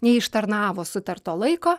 neištarnavo sutarto laiko